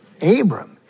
Abram